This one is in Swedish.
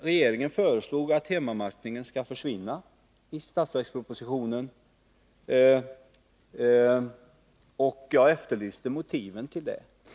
Regeringen föreslog i budgetpropositionen att hemmamatchningen skall försvinna. Jag efterlyste motiven till det förslaget.